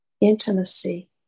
intimacy